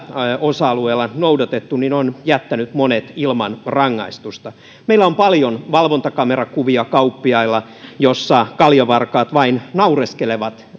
osa alueella noudatettu on jättänyt monet ilman rangaistusta meillä on kauppiailla paljon valvontakamerakuvia joissa kaljavarkaat vain naureskelevat